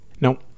No